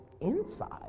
inside